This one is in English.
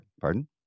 Pardon